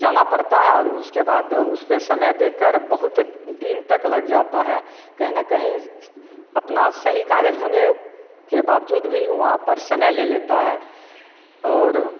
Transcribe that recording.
जाना पड़ता है और उसके बाद उसको समय देकर बहुत दिन तक लग जाते हैं कहीं ना कहीं अपने सही कागज़ होने के बावजूद भी वहाँ पर समय ले लेता है और